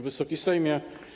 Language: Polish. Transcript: Wysoki Sejmie!